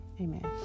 Amen